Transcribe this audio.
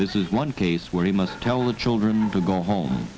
this is one case where he must tell the children to go home